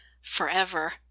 forever